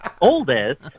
oldest